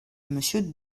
monsieur